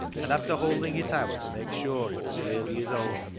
and after holding it out to make sure it was really his own,